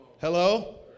Hello